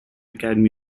academy